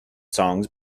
songs